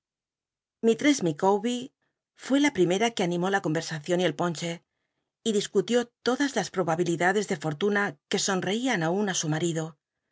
miss micawber fué la primera que animó la conversacion y el ponche y discutió todas las probabilidades de fortuna quc sonreian aun á su